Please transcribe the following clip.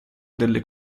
delle